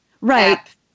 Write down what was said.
Right